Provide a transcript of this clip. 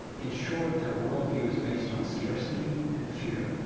in short, their worldview is based on scarcity and fear.